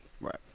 Right